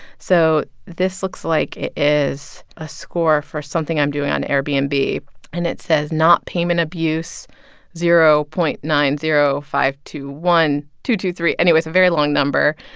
so this looks like it is a score for something i'm doing on airbnb. and it says not payment abuse zero point nine zero five two one two two three anyways, a very long number.